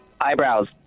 Eyebrows